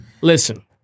listen